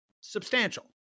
substantial